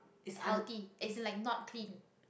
healthy as in like not clean